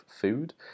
food